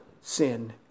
sin